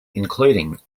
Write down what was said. including